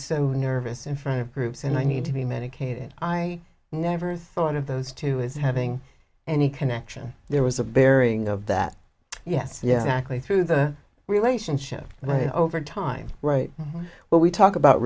so nervous in front of groups and i need to be medicated i never thought of those two as having any connection there was a baring of that yes yes actually through the relationship but over time right now when we talk about